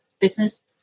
business